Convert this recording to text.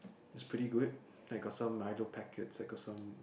it's pretty good I got some milo packets I got some